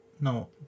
no